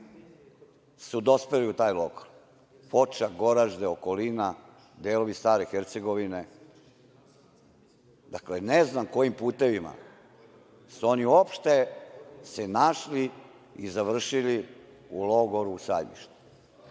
su dospeli u taj logor, Foča, Goražde okolina, delovi stare Hercegovine, dakle ne znam kojim putevima su oni uopšte se našli i završili u logoru Staro